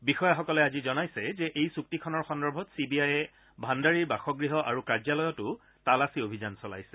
বিষয়াসকলে আজি জনাইছে যে এই চুক্তিখনৰ সন্দৰ্ভত চি বি আয়ে ভাগুাৰীৰ বাসগৃহ আৰু কাৰ্যালয়তো তালাচী অভিযান চলাইছে